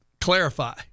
clarify